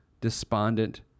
despondent